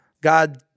God